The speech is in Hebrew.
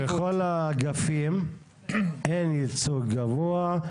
לא, בכל האגפים אין ייצוג גבוה.